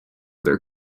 their